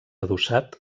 adossat